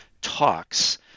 talks